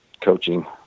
coaching